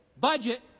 budget